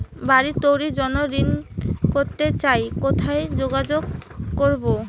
বাড়ি তৈরির জন্য ঋণ করতে চাই কোথায় যোগাযোগ করবো?